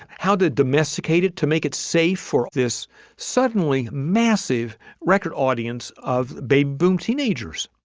how did domesticated to make it safe for this suddenly massive record audience of baby boom teenagers?